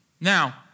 Now